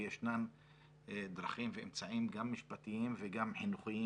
וישנן דרכים ואמצעים גם משפטיים וגם חינוכיים